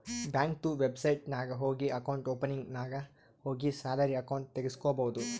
ಬ್ಯಾಂಕ್ದು ವೆಬ್ಸೈಟ್ ನಾಗ್ ಹೋಗಿ ಅಕೌಂಟ್ ಓಪನಿಂಗ್ ನಾಗ್ ಹೋಗಿ ಸ್ಯಾಲರಿ ಅಕೌಂಟ್ ತೆಗುಸ್ಕೊಬೋದು